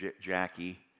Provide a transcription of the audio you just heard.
Jackie